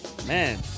Man